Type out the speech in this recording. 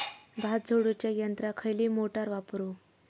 भात झोडूच्या यंत्राक खयली मोटार वापरू?